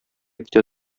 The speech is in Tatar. китә